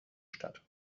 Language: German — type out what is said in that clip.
statt